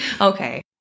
okay